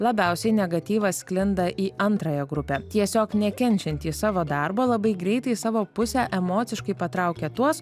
labiausiai negatyvas sklinda į antrąją grupę tiesiog nekenčiantys savo darbo labai greitai į savo pusę emociškai patraukia tuos